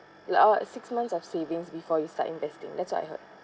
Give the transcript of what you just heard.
uh six months of savings before you start investing that's what I heard